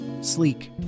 Sleek